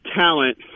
talent